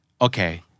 Okay